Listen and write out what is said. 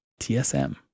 TSM